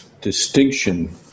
distinction